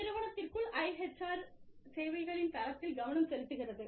நிறுவனத்திற்குள் IHR சேவைகளின் தரத்தில் கவனம் செலுத்துகிறது